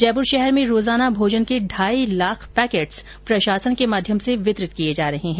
जयपुर शहर में रोजाना भोजन के ढाई लाख पैकेट्स प्रशासन के माध्यम से वितरित किए जा रहे हैं